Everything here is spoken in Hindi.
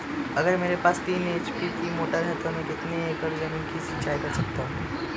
अगर मेरे पास तीन एच.पी की मोटर है तो मैं कितने एकड़ ज़मीन की सिंचाई कर सकता हूँ?